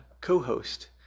co-host